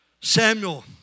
Samuel